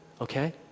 Okay